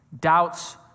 Doubts